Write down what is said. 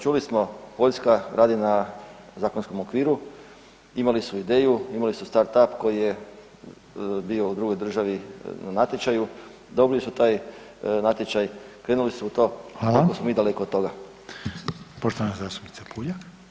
Čuli smo, Poljska radi na zakonskom okviru, imali su ideju, imali su start up koji je bio u drugoj državi na natječaju, dobili su taj natječaj, krenuli su u to, koliko smo mi daleko od toga?